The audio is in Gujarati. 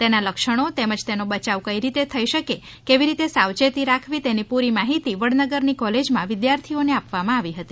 તેના લક્ષણો તેમજ તેમાં બયાવ કઇ રીતે થઇ શકે કેવી રીતે સાવચેતી રાખવી તેની પૂરી માહિતી વડનગરની કોલેજમાં વિદ્યાર્થીઓને આપવામાં આવી હતી